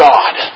God